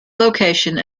location